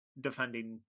defending